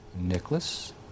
Nicholas